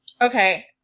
Okay